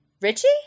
Richie